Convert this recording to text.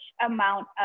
amount